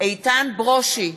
איתן ברושי,